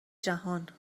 جهان